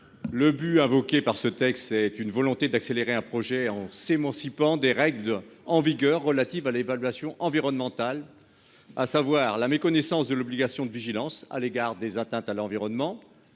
Le but, invoqué par ce texte, c'est une volonté d'accélérer un projet en s'émancipant des règles en vigueur relative à l'évaluation environnementale, à savoir la méconnaissance de l'obligation de vigilance à l'égard des atteintes à l'environnement.